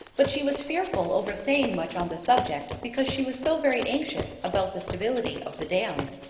but she was fearful over saying much on the subject because she was so very anxious about the stability of the dam.